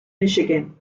michigan